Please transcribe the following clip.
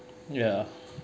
yeah